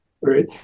Right